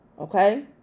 okay